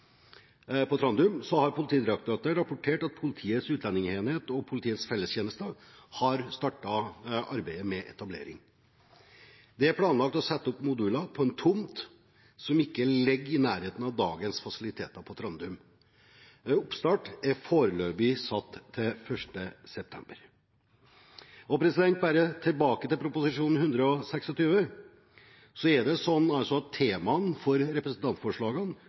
på Trandum, har Politidirektoratet rapportert at Politiets utlendingsenhet og Politiets fellestjeneste har startet arbeidet. Det er planlagt å sette opp moduler på en tomt som ikke ligger i nærheten av dagens fasiliteter på Trandum. Oppstart er foreløpig satt til 1. september.